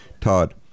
Todd